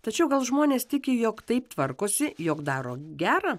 tačiau gal žmonės tiki jog taip tvarkosi jog daro gera